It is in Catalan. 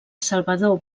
salvador